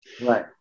Right